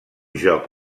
joc